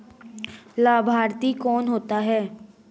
लाभार्थी कौन होता है?